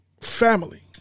Family